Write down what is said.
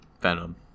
Venom